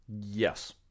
yes